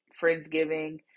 Friendsgiving